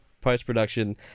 post-production